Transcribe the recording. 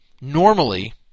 Normally